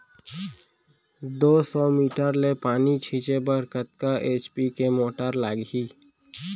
दो सौ मीटर ले पानी छिंचे बर कतका एच.पी के मोटर लागही?